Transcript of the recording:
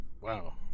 Wow